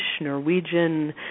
Norwegian